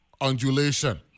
undulation